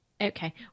Okay